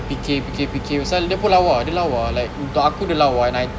cam fikir fikir fikir pasal dia pun lawa dia lawa like untuk aku dia lawa and I